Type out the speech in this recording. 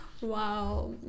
Wow